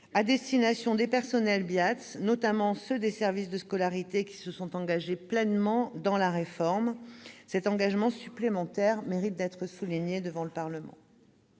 sociaux et de santé, ou BIATSS, notamment ceux des services de scolarité qui se sont engagés pleinement dans la réforme. Cet engagement supplémentaire mérite d'être souligné devant le Parlement.